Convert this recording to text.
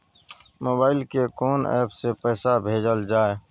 Mobile के कोन app से पैसा भेजल जाए?